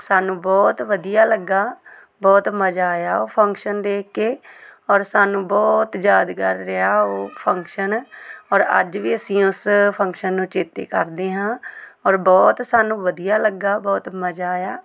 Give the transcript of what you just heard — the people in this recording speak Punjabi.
ਸਾਨੂੰ ਬਹੁਤ ਵਧੀਆ ਲੱਗਿਆ ਬਹੁਤ ਮਜ਼ਾ ਆਇਆ ਉਹ ਫੰਕਸ਼ਨ ਦੇਖ ਕੇ ਔਰ ਸਾਨੂੰ ਬਹੁਤ ਯਾਦਗਾਰ ਰਿਹਾ ਉਹ ਫੰਕਸ਼ਨ ਔਰ ਅੱਜ ਵੀ ਅਸੀਂ ਉਸ ਫੰਕਸ਼ਨ ਨੂੰ ਚੇਤੇ ਕਰਦੇ ਹਾਂ ਔਰ ਬਹੁਤ ਸਾਨੂੰ ਵਧੀਆ ਲੱਗਿਆ ਬਹੁਤ ਮਜ਼ਾ ਆਇਆ